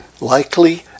likely